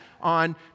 on